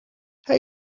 hij